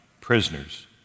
prisoners